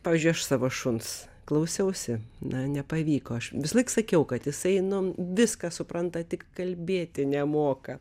pavyzdžiui aš savo šuns klausiausi na nepavyko aš visąlaik sakiau kad jisai nu viską supranta tik kalbėti nemoka